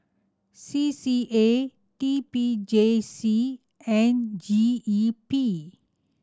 C C A T P J C and G E P